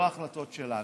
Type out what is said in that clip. לא החלטות שלנו.